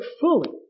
fully